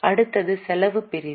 அடுத்தது செலவு பிரிவு